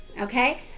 okay